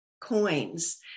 coins